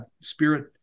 spirit